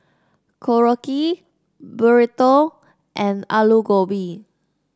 Korokke Burrito and Alu Gobi